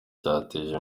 cyateje